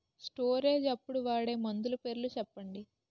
Storage అప్పుడు వాడే మందులు పేర్లు చెప్పండీ?